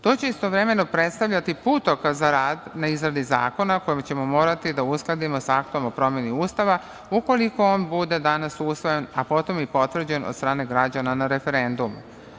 To će istovremeno predstavljati putokaz za rad na izradi zakona kojim ćemo morati da uskladimo s aktom o promeni Ustava ukoliko on bude danas usvojen, a potom i potvrđen od strane građana na referendumu.